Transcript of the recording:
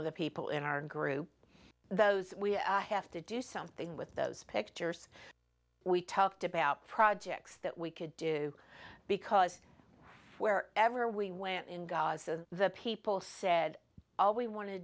of the people in our group those we have to do something with those pictures we talked about projects that we could do because wherever we went in gaza the people said all we want to